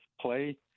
play